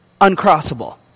Uncrossable